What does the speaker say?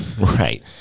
Right